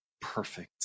perfect